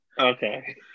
Okay